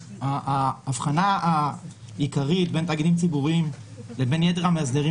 ההבחנה העיקרית בין תאגידים ציבוריים לבין יתר המאסדרים